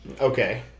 Okay